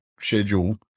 schedule